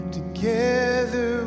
Together